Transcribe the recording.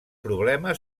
problema